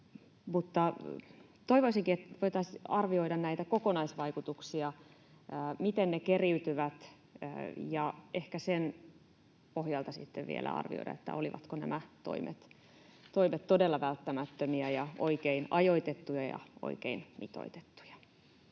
Toivoisinkin, että voitaisiin arvioida näitä kokonaisvaikutuksia, miten ne keriytyvät, ja ehkä sen pohjalta sitten vielä arvioida, olivatko nämä toimet todella välttämättömiä ja oikein ajoitettuja ja oikein mitoitettuja.